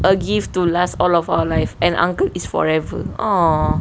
a gift to last all of our life an uncle is forever